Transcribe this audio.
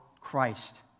Christ